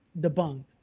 debunked